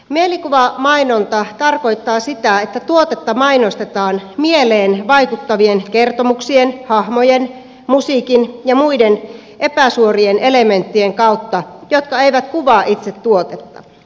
mielikuvamainonta tarkoittaa sitä että tuotetta mainostetaan mieleen vaikuttavien kertomuksien hahmojen musiikin ja muiden epäsuorien elementtien kautta jotka eivät kuvaa itse tuotetta